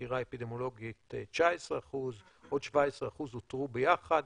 החקירה האפידמיולוגית 19%, ועוד 17% אותרו ביחד,